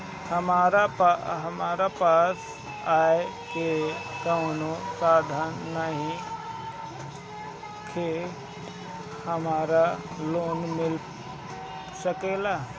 हमरा पास आय के कवनो साधन नईखे हमरा लोन मिल सकेला?